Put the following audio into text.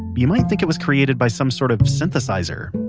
you might think it was created by some sort of synthesizer.